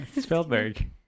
Spielberg